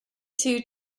two